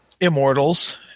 Immortals